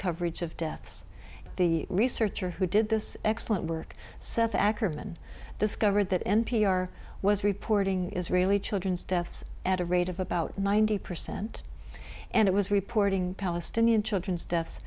coverage of deaths the researcher who did this excellent work seth ackerman discovered that n p r was reporting israeli children's deaths at a rate of about ninety percent and it was reporting palestinian children's deaths